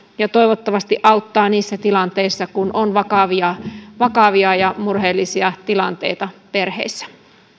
ja toivottavasti auttaa niissä tilanteissa kun on vakavia vakavia ja murheellisia tilanteita perheissä